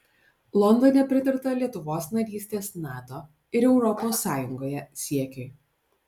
londone pritarta lietuvos narystės nato ir europos sąjungoje siekiui